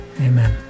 Amen